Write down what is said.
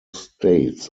states